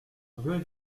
rue